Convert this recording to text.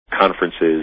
conferences